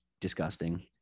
disgusting